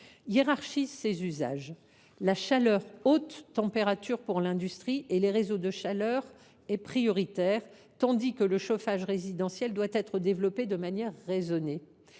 titre que la chaleur haute température pour l’industrie et les réseaux de chaleur est prioritaire, tandis que le chauffage résidentiel doit être développé de manière raisonnée.